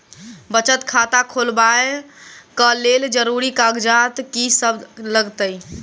बचत खाता खोलाबै कऽ लेल जरूरी कागजात की सब लगतइ?